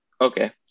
Okay